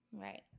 right